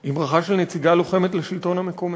היא ברכה של נציגה לוחמת של השלטון המקומי,